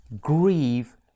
grieve